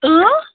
اۭں